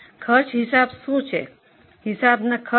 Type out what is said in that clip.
પડતર હિસાબી કરણ શું છે